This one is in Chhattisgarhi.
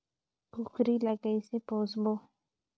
कूकरी ला कइसे पोसबो?